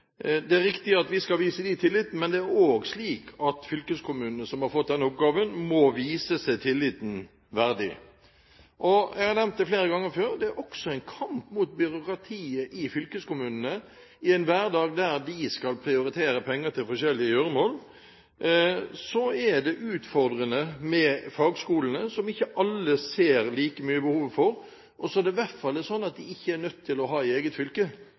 Det er riktig at vi skal vise fylkeskommunene som har fått denne oppgaven, tillit, men det er også slik at de må vise seg tilliten verdig. Det er – som jeg har nevnt flere ganger før – også en kamp mot byråkratiet i fylkeskommunene. I en hverdag der de skal prioritere penger til forskjellige gjøremål, er det utfordrende med fagskolene som ikke alle ser like mye behov for. Og det er i hvert fall slik at en ikke er nødt til å ha dem i eget fylke,